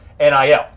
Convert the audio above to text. NIL